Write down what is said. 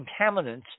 contaminants